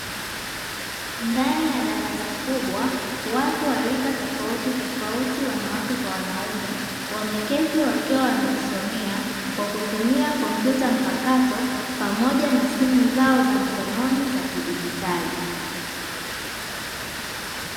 Ndani ya darasa kubwa watu wa rika tofautitofauti wanawake kwa wanaume wameketi wakiwa wanajisomea kwa kutumia kompyuta mpakato pamoja na simu zao za mkononi za kidijitali.